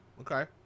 Okay